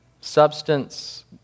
Substance